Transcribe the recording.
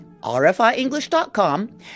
rfienglish.com